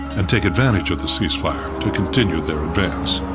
and take advantage of the cease-fire to continue their advance.